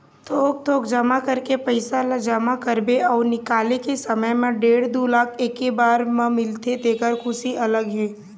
थोक थोक करके पइसा ल जमा करबे अउ निकाले के समे म डेढ़ दू लाख एके बार म मिलथे तेखर खुसी अलगे हे